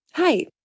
Hi